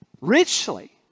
richly